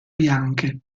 bianche